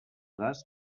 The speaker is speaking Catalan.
gas